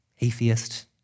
atheist